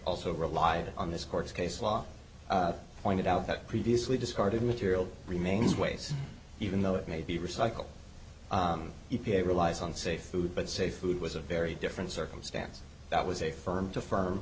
also relied on this court case law pointed out that previously discarded material remains ways even though it may be recycled e p a relies on safe food but safe food was a very different circumstance that was a firm to firm